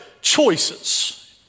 choices